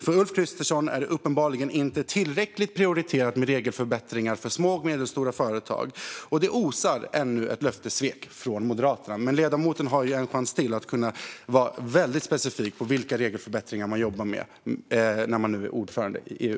För Ulf Kristersson är det uppenbarligen inte tillräckligt prioriterat med regelförbättringar för små och medelstora företag. Det osar ännu av ett löftessvek från Moderaterna. Men ledamoten har en chans till att kunna vara väldigt specifik om vilka regelförbättringar som man jobbar med när Sverige nu är ordförande i EU.